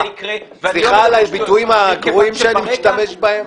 סליחה על הביטויים הגרועים שאני משתמש בהם,